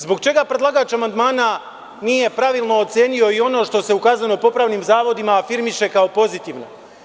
Zbog čega predlagač amandmana nije pravilno ocenio i ono što se u kazneno-popravnim zavodima afirmiše kao pozitivno?